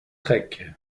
trek